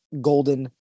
golden